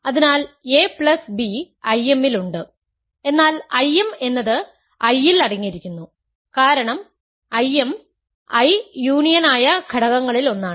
അതിനാൽ ab I m ൽ ഉണ്ട് എന്നാൽ I m എന്നത് I ൽ അടങ്ങിയിരിക്കുന്നു കാരണം Im I യൂണിയൻ ആയ ഘടകങ്ങളിൽ ഒന്നാണ്